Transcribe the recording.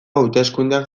hauteskundeak